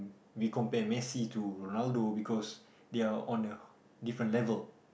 we compare Messi to Ronaldo because they are on a different level